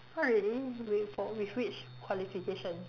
orh really with for which qualification